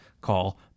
Call